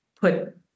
put